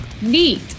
Neat